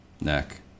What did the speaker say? neck